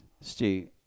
Stu